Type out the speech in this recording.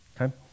okay